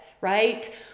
right